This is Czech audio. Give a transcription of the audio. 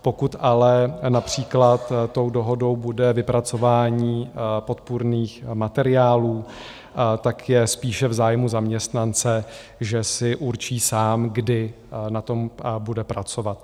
Pokud ale například dohodou bude vypracování podpůrných materiálů, je spíše v zájmu zaměstnance, že si určí sám, kdy na tom bude pracovat.